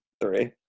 three